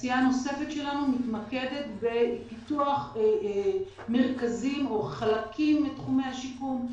עשייה נוספת שלנו מתמקדת בפיתוח מרכזים או חלקים מתחומי השיקום.